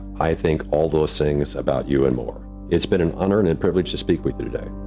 i think all those things about you and more. it's been an honor and and privilege to speak with you today.